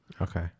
okay